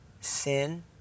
sin